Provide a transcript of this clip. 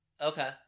Okay